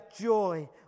joy